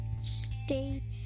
Stay